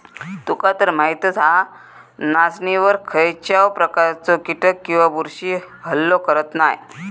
तुकातर माहीतच हा, नाचणीवर खायच्याव प्रकारचे कीटक किंवा बुरशी हल्लो करत नाय